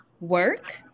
work